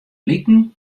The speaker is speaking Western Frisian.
bliken